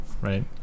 right